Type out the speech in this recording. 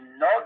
No